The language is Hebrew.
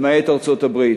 למעט ארצות-הברית.